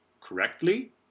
correctly